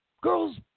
girls